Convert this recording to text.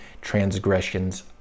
transgressions